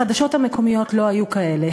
החדשות המקומיות לא היו כאלה,